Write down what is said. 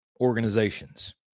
Organizations